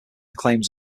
claims